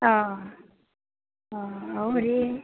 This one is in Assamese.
অঁ অঁ অঁ অ' হৰি